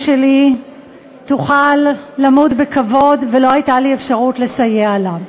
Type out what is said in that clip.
שלי תוכל למות בכבוד ולא הייתה לי אפשרות לסייע לה.